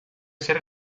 ser